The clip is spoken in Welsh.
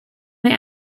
mae